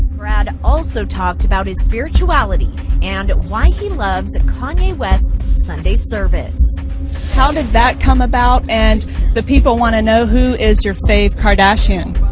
brad also talked about his spirituality and why he loves kanye west's sunday service how did that come about and the people want to know who is your faith kardashian